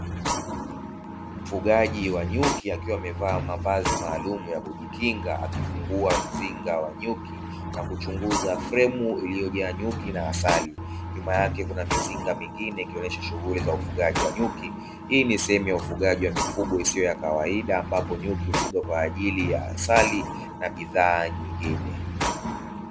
Mfugaji wa nyuki akiwa amevaa mavazi maalumu ya kujikinga akifungua mzinga wa nyuki na kuchunguza fremu iliyojaa nyuki na asali. Nyuma yake kuna mizinga mingine ikionyesha shughuli za ufugaji wa nyuki. Hii ni sehemu ya ufugaji wa mifugo isiyo ya kawaida ambapo nyuki hufugwa kwa ajili ya asali na bidhaa zingine.